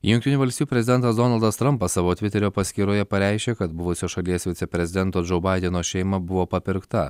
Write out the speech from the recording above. jungtinių valstijų prezidentas donaldas trampas savo tviterio paskyroje pareiškė kad buvusio šalies viceprezidento džou baideno šeima buvo papirkta